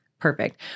Perfect